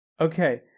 Okay